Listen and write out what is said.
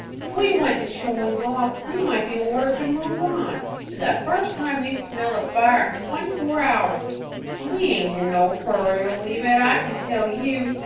if we went to showing off, we might be ordered to move on. this is the first time we've smelled a fire in twenty-four hours, and we ain't in no hurry to leave it, i can tell you.